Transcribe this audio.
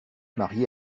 marié